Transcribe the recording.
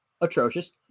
atrocious